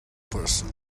person